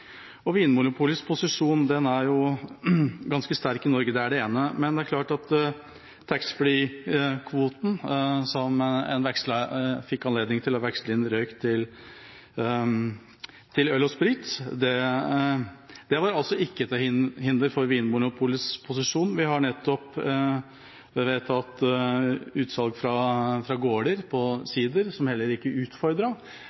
Vinmonopolets posisjon er ganske sterk i Norge. Det er det ene. Men det en gjorde med taxfree-kvoten, hvor en fikk anledning til å veksle inn røyk i øl og sprit, var altså ikke til hinder for Vinmonopolets posisjon. Vi har nettopp vedtatt at en skal kunne ha salg av sider fra gårder,